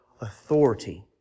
authority